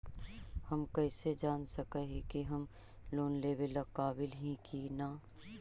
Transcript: हम कईसे जान सक ही की हम लोन लेवेला काबिल ही की ना?